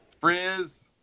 Frizz